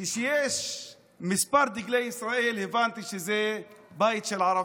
כשיש כמה דגלי ישראל, הבנתי שזה בית של ערבי.